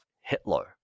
Hitler